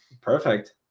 Perfect